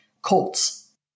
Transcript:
colts